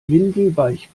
windelweich